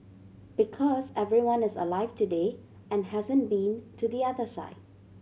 because everyone is alive today and hasn't been to the other side